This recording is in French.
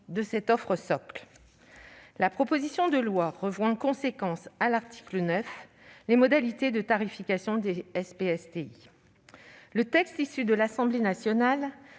de cette offre socle. La proposition de loi revoit en conséquence, à l'article 9, les modalités de tarification des SPSTI. Le texte issu de l'Assemblée nationale